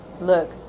Look